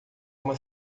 uma